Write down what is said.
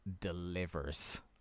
delivers